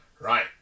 Right